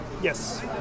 Yes